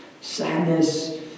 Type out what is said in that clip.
sadness